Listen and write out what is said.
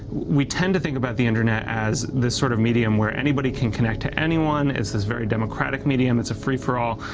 we tend to think about the internet as this sort of medium where anybody can connect to anyone, it's this very democratic medium, it's a free-for-all,